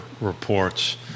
reports